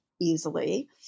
easily